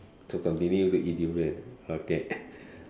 so continue to eat durian okay